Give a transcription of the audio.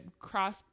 cross